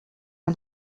der